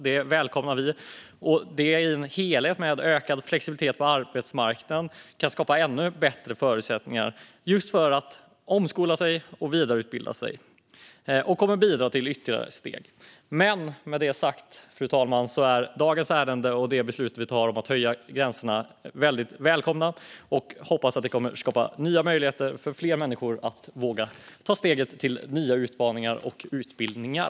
Det välkomnar vi. Det är en del i en helhet med ökad flexibilitet på arbetsmarknaden som kan skapa ännu bättre förutsättningar för att omskola sig och vidareutbilda sig och kommer att bidra till ytterligare steg. Fru talman! Med det sagt är dagens ärende och det beslut som vi kommer att fatta om att höja gränserna väldigt välkomna. Jag hoppas att det kommer att skapa nya möjligheter för fler människor att våga ta steget till nya utmaningar och utbildningar.